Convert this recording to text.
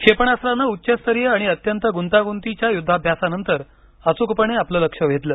क्षेपणास्त्राने उच्च स्तरीय आणि अत्यंत गुंतागुंतीच्या युद्धाभ्यासानंतर अचूकपणे आपलं लक्ष्य भेदलं